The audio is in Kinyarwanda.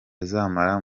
azamara